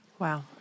Wow